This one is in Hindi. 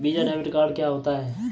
वीज़ा डेबिट कार्ड क्या होता है?